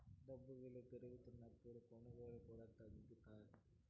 డబ్బు ఇలువ పెరుగుతున్నప్పుడు కొనుగోళ్ళు కూడా తగ్గుతాయి